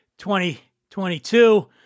2022